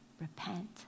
repent